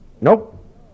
Nope